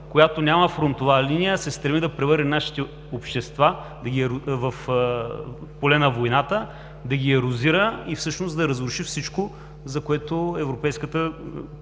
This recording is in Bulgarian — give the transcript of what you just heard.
която няма фронтова линия, а се стреми да превърне нашите общества в поле на войната, да ги ерозира и всъщност да разруши всичко, за което европейската